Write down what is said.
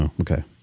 okay